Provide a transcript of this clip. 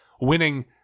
winning